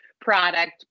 product